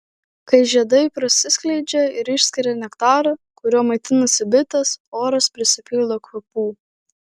kai žiedai prasiskleidžia ir išskiria nektarą kuriuo maitinasi bitės oras prisipildo kvapų